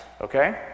Okay